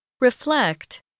Reflect